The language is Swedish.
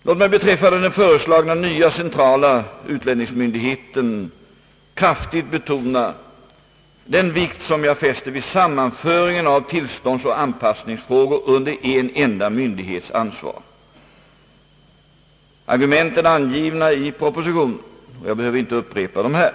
Låt mig beträffande den föreslagna nya centrala utlänningsmyndigheten kraftigt betona den vikt som jag fäster vid sammanföringen av tillståndsoch anpassningsfrågor under en enda myndighets ansvar. Argumenten är angivna i propositionen, och jag behöver inte upprepa dem här.